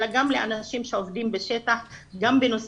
אלא גם לאנשים שעובדים בשטח גם בנושא